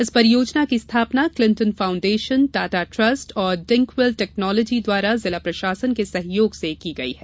इस परियोजना की स्थापना क्लिटन फाउण्डेशन टाटा ट्रस्ट और डिंकवेल टेक्नालॉजी द्वारा जिला प्रशासन के सहयोग से की गई है